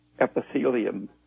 epithelium